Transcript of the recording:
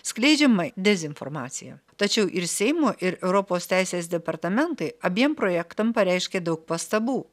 skleidžiamai dezinformacija tačiau ir seimo ir europos teisės departamentai abiem projektam pareiškė daug pastabų